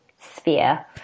sphere